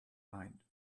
mind